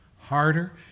harder